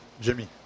Jimmy